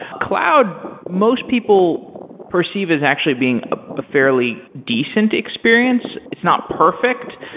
cloud, most people perceive as actually being a fairly decent experience. it's not perfect.